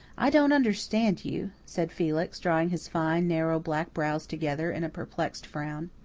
i don't understand you, said felix, drawing his fine, narrow black brows together in a perplexed frown.